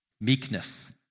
Meekness